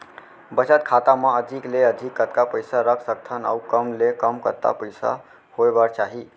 बचत खाता मा अधिक ले अधिक कतका पइसा रख सकथन अऊ कम ले कम कतका पइसा होय बर चाही?